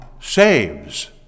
saves